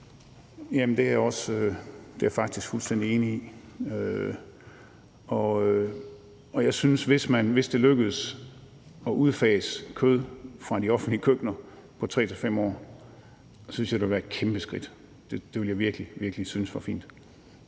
Jamen det er jeg faktisk fuldstændig enig i. Hvis det lykkes at udfase kød fra de offentlige køkkener på 3-5 år, synes jeg, det vil være et kæmpe skridt. Det ville jeg virkelig, virkelig synes var fint.